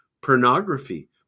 pornography